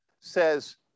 says